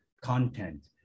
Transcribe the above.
content